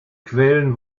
quellen